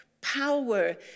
power